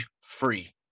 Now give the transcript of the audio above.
free